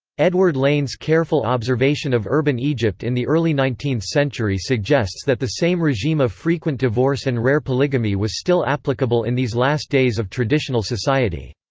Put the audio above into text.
edward lane's careful observation of urban egypt in the early nineteenth century suggests that the same regime of frequent divorce and rare polygamy was still applicable applicable in these last days of traditional society.